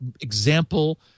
example